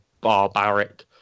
barbaric